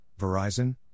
Verizon